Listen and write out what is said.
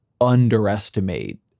underestimate